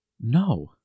No